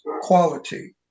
quality